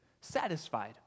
satisfied